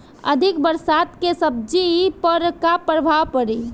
अधिक बरसात के सब्जी पर का प्रभाव पड़ी?